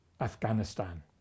Afghanistan